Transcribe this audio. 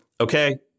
Okay